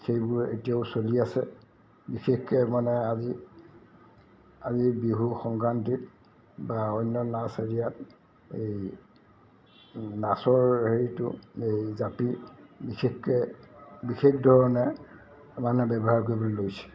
সেইবোৰ এতিয়াও চলি আছে বিশেষকৈ মানে আজি আজি বিহু সংক্ৰান্তিত বা অন্য নাচ এৰিয়াত এই নাচৰ হেৰিটো এই জাপি বিশেষকৈ বিশেষ ধৰণে মানুহে ব্যৱহাৰ কৰিবলৈ লৈছে